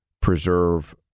preserve